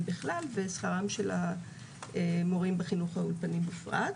בכלל ושכרם של המורים בחינוך האולפנים בפרט.